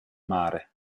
mare